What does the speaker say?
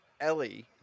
ellie